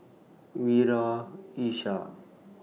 Wira Ishak